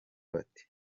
bate